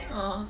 uh